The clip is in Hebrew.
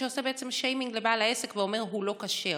שעושה שיימינג לבעל העסק ואומר: הוא לא כשר.